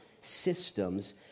systems